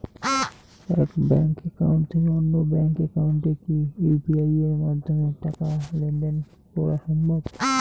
এক bank account থেকে অন্য ব্যাংক একাউন্টে কি ইউ.পি.আই মাধ্যমে টাকার লেনদেন দেন সম্ভব?